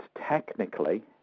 technically